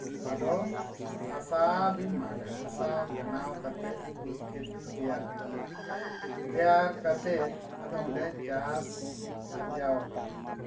ᱟᱫᱚ ᱦᱟᱥᱟᱵᱤᱱ ᱢᱟᱜᱟ ᱦᱟᱥᱟ ᱵᱮᱱᱟᱣ ᱠᱟᱛᱮᱫ ᱵᱟᱹᱫ ᱠᱷᱮᱛ ᱵᱤᱱ ᱛᱮᱭᱟᱨ ᱠᱮᱫᱟ ᱛᱮᱭᱟᱨ ᱠᱟᱛᱮᱫ ᱟᱫᱚ ᱚᱸᱰᱮ ᱪᱟᱥ ᱟᱨᱡᱟᱣ ᱟᱵᱤᱱ